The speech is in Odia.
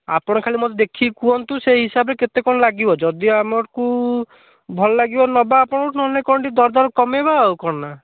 ଆପଣ ଖାଲି ମୋତେ ଦେଖିକି କୁହନ୍ତୁ ସେଇ ହିସାବରେ କେତେ କ'ଣ ଲାଗିବ ଯଦି ଆମକୁ ଭଲ ଲାଗିବ ନେବା ଆପଣଙ୍କଠୁ ନହେଲେ କ'ଣ ଟିକିଏ ଦରଦାମ୍ କମାଇବା ଆଉ କ'ଣ ନା